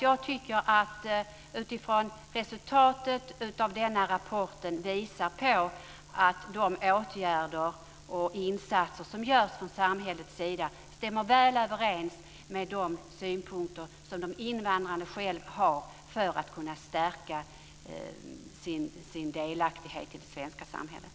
Jag tycker alltså att resultaten i denna rapport visar att de åtgärder och insatser som sker från samhällets sida stämmer väl överens med de synpunkter som de invandrade själva har om att kunna stärka sin delaktighet i det svenska samhället.